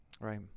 right